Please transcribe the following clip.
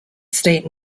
state